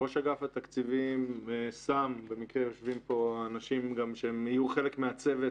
ראש אגף התקציבים ובמקרה יושבים פה האנשים שיהיו חלק מהצוות